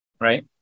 right